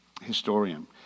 historian